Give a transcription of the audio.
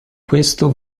questo